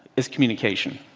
is communication.